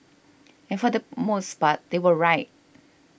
and for the most part they were right